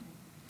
תודה.